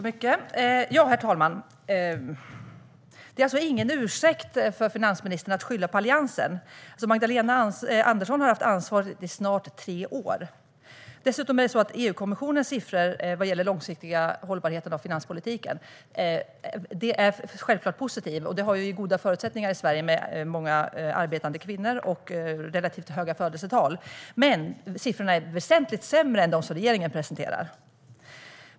Herr talman! Det är ingen ursäkt för finansministern att skylla på Alliansen. Magdalena Andersson har haft ansvaret i snart tre år. EU-kommissionens siffror vad gäller den långsiktiga hållbarheten i finanspolitiken är självklart positiva. Vi har goda förutsättningar i Sverige, med många arbetande kvinnor och relativt höga födelsetal. Men siffrorna är väsentligt sämre än de som regeringen presenterar.